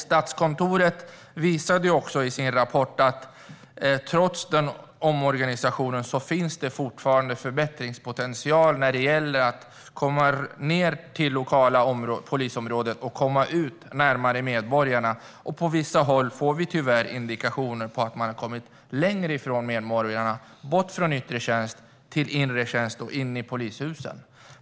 Statskontoret visade i sin rapport att det trots omorganisationen fortfarande finns förbättringspotential när det gäller att komma ned till lokala polisområden och komma ut närmare medborgarna. Vi får tyvärr indikationer om att man på vissa håll har kommit längre från medborgarna, bort från yttre tjänst till inre tjänst och in i polishusen.